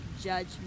judgment